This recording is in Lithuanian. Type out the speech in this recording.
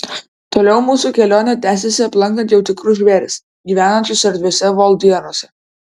toliau mūsų kelionė tęsėsi aplankant jau tikrus žvėris gyvenančius erdviuose voljeruose